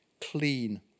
clean